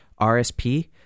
RSP